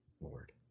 Lord